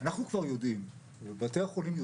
גם פה אנחנו נתקלים הרבה פעמים,